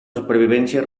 supervivencia